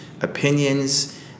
opinions